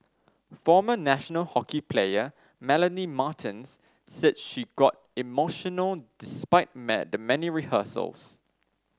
former national hockey player Melanie Martens said she got emotional despite the many rehearsals